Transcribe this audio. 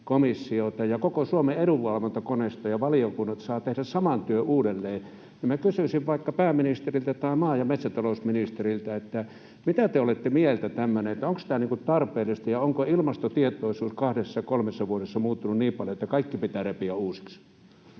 ja koko Suomen edunvalvontakoneistoa, ja valiokunnat saavat tehdä saman työn uudelleen. Minä kysyisin vaikka pääministeriltä tai maa- ja metsätalousministeriltä: Mitä te olette mieltä tämmöisestä? Onko tämä tarpeellista, ja onko ilmastotietoisuus kahdessa kolmessa vuodessa muuttunut niin paljon, että kaikki pitää repiä uusiksi?